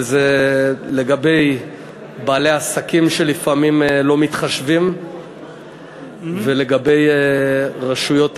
וזה לגבי בעלי העסקים שלפעמים לא מתחשבים בהם ולגבי רשויות המדינה.